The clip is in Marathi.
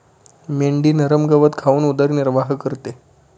मेंढी नरम गवत खाऊन उदरनिर्वाह करते